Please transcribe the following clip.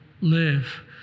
live